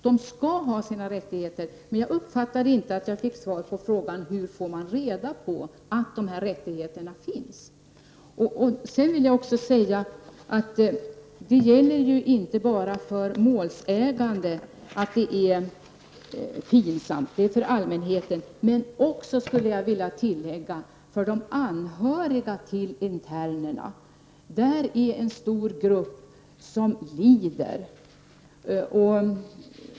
De har sina rättigheter, men jag uppfattade inte att jag fick svar på frågan hur de skall få reda på att dessa rättigheter finns. Läget är plågsamt inte bara för målsägande och allmänhet utan också för de anhöriga till internerna. Där finns en stor grupp som lider.